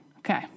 Okay